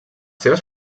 seves